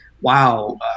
wow